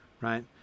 right